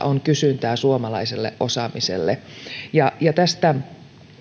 on kysyntää suomalaiselle osaamiselle tästä